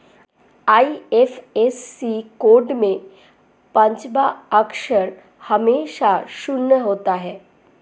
IFSC code में पांचवा अक्षर हमेशा शून्य होता है